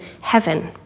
heaven